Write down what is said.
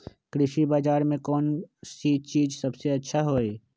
कृषि बजार में कौन चीज सबसे अच्छा होई?